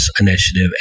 initiative